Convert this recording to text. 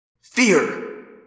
Fear